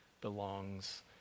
belongs